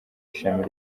ishami